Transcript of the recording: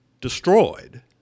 destroyed